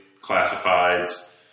classifieds